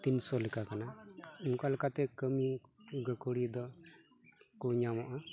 ᱛᱤᱱᱥᱚ ᱞᱮᱠᱟ ᱠᱟᱱᱟ ᱚᱱᱠᱟ ᱞᱮᱠᱟᱛᱮ ᱠᱟᱹᱢᱤ ᱜᱟᱹᱠᱷᱩᱲᱤᱭᱟᱹ ᱫᱚᱠᱚ ᱧᱟᱢᱚᱜᱼᱟ